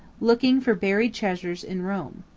looking for buried treasures in rome.